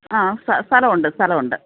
ആ സ്ഥ സ്ഥലമുണ്ട് സ്ഥലമുണ്ട്